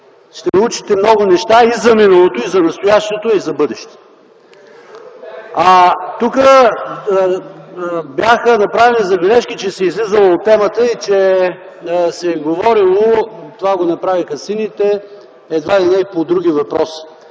Ще научите много неща и за миналото, и за настоящето, и за бъдещето. (Шум и реплики.) Тук бяха направени забележки, че се излизало от темата и че се говорело – това го направиха сините, едва ли не и по други въпроси.